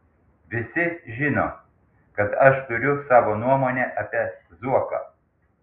visi žino kad aš turiu savo nuomonę apie zuoką